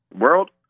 world